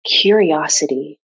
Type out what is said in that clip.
curiosity